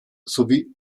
sowie